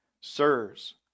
Sirs